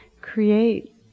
create